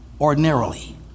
ordinarily